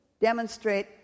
demonstrate